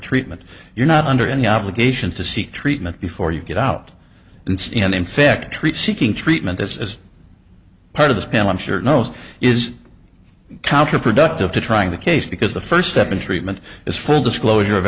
treatment you're not under any obligation to seek treatment before you get out and see and infect treat seeking treatment as part of this panel i'm sure knows is counterproductive to trying the case because the first step in treatment is full disclosure of